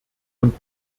und